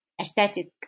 aesthetic